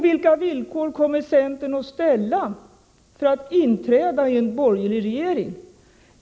Vilka villkor kommer centern att ställa för att inträda i en borgerlig regering?